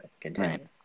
continue